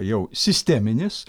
jau sisteminis